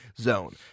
zone